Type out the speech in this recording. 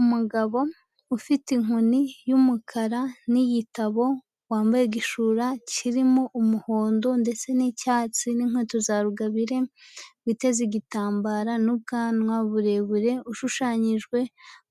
Umugabo ufite inkoni y'umukara n'igitabo wambaye igishura kirimo umuhondo ndetse n'icyatsi n'inkweto za rugabire, witeze igitambara n'ubwanwa burebure ushushanyijwe